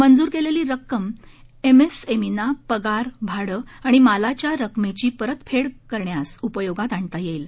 मंजूर केलेली रक्कम एमएसएमईना पगार भाडं आणि मालाच्या रकमेची परतफेड करण्यास उपयोगात आणता येईल